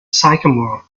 sycamore